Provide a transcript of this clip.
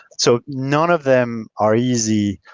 so not of them are easy.